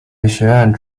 学院